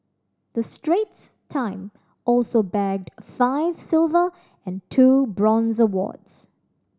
the Straits Time also bagged five silver and two bronze awards